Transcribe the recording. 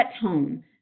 tone